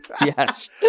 Yes